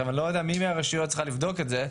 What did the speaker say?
אני לא יודע מי מהרשויות צריכה לבדוק את זה,